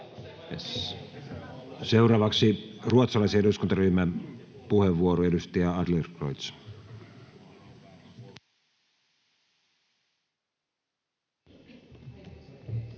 Seuraavaksi ruotsalaisen eduskuntaryhmän puheenvuoro, edustaja Adlercreutz.